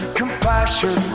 compassion